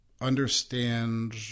Understand